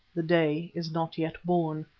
the day is not yet born.